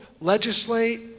legislate